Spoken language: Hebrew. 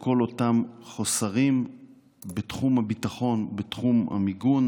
את כל אותם חוסרים בתחום הביטחון, בתחום המיגון.